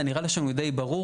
נראה לי שזה די ברור.